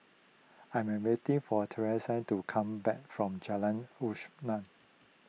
I am waiting for to come back from Jalan